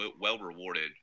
well-rewarded